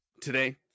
Today